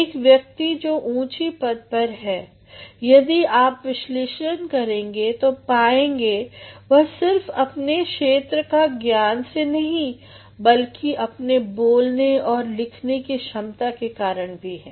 एक व्यक्ति जो आज ऊँची पद पर है यदि आप विश्लेषण करेंगे तो आप पाएंगे कि वह सिर्फ अपने क्षेत्र की ज्ञान से वहां नहीं है बल्कि अपने बोलने और लिखने की क्षमता के कारण भी है